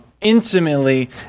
intimately